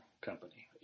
company